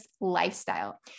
lifestyle